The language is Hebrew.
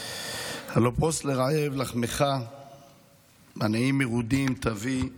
"הלוא פרס לרעב לחמך ועניים מרודים תביא בית.